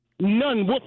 none